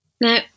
Now